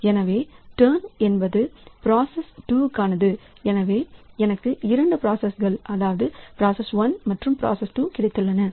எனவே டர்ன் என்பது பிராசஸ் 2 க்கானது எனவே எனக்கு இரண்டு ப்ராசஸ் கல் அதாவது பிராசஸ் 1 மற்றும் பிராசஸ் 2 கிடைத்துள்ளன